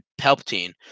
Palpatine